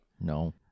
No